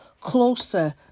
closer